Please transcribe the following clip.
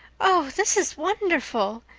oh, this is wonderful!